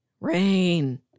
rain